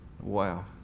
Wow